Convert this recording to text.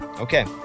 Okay